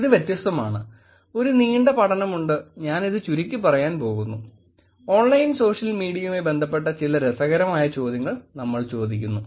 ഇത് വ്യത്യസ്തമാണ് ഒരു നീണ്ട പഠനമുണ്ട് ഞാൻ ഇത് ചുരുക്കിപ്പറയാൻ പോകുന്നുഓൺലൈൻ സോഷ്യൽ മീഡിയയുമായി ബന്ധപ്പെട്ട ചില രസകരമായ ചോദ്യങ്ങൾ നമ്മൾ ചോദിക്കുന്നു